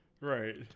Right